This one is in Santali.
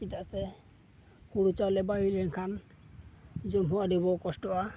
ᱪᱮᱫᱟᱜ ᱥᱮ ᱦᱩᱲᱩ ᱪᱟᱣᱞᱮ ᱵᱟᱭ ᱦᱩᱭᱞᱮᱱ ᱠᱷᱟᱱ ᱡᱚᱢ ᱦᱚᱸ ᱟᱹᱰᱤ ᱵᱚ ᱠᱚᱥᱴᱚᱜᱼᱟ